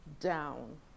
down